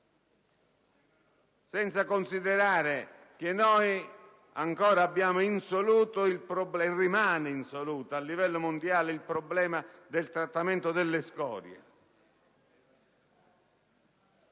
senza considerare che rimane ancora insoluto, a livello mondiale, il problema del trattamento delle scorie.